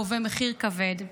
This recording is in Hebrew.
גובה מחיר כבד.